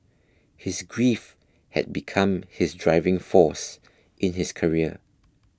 his grief had become his driving force in his career